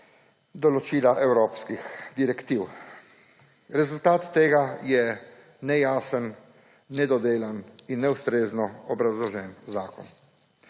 določila evropskih direktiv. Rezultat tega je nejasen, nedodelan in neustrezno obrazložen zakon.